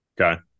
Okay